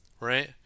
right